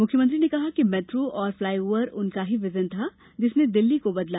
मुख्यमंत्री ने कहा कि मैद्रो और फलाईओवर उनका ही वीजन था जिसने दिल्ली को बदला